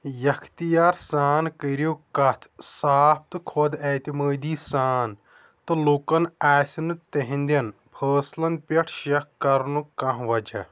یختیارٕ سان کٔرِو کتھ صاف تہٕ خۄد اعتمٲدی سان تہٕ لُکن آسہِ نہٕ تِہنٛدٮ۪ن فٲصلن پٮ۪ٹھ شک کرنُک کانٛہہ وجہ